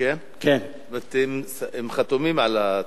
זאת אומרת, הם חתומים על ההצעה.